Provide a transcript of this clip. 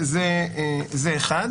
זה אחד.